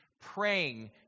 praying